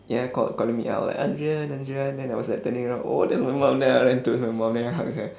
ya call~ calling me out like andrian andrian then I was like turning around oh that's my mum then I ran to my mum then I hug her